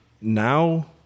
Now